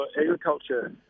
agriculture